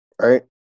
right